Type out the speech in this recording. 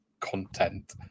content